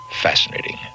fascinating